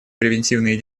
превентивные